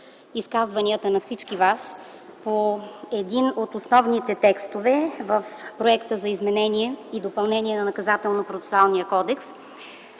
изказванията на всички вас по един от основните текстове в Законопроекта за изменение и допълнение на Наказателно-процесуалния кодекс,